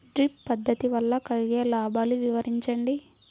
Drip పద్దతి వల్ల కలిగే లాభాలు వివరించండి?